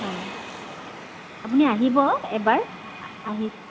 হয় আপুনি আহিব এবাৰ আহি